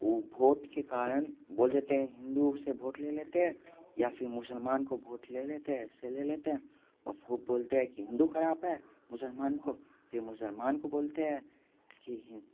वह वोट के कारण बोल देते हैं हिंदू से भोट ले लेते हैं या फिर मुसलमान के भोट ले लेते हैं ऐसे ले लेते हैं और फिर बोलते हैं कि हिंदू ख़राब है मुसलमान को फिर मुसलमान को बोलते हैं कि हि